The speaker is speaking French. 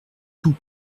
tout